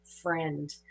friend